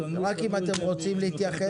רק אם אתם רוצים להתייחס,